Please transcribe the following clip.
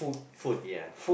food ya